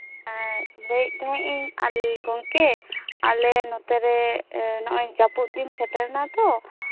ᱮᱜ ᱞᱟᱹᱭ ᱮᱜ ᱛᱟᱸᱦᱮᱱᱟᱹᱧ ᱟᱞ ᱜᱚᱝᱠᱮ ᱟᱞᱮ ᱱᱚᱛᱮᱨᱮ ᱱᱚᱜᱚᱭ ᱡᱟᱹᱯᱩᱫ ᱫᱤᱱ ᱛᱳ